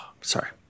Sorry